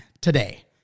today